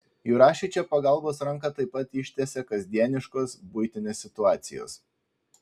jurašiui čia pagalbos ranką taip pat ištiesia kasdieniškos buitinės situacijos